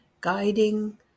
guiding